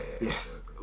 Yes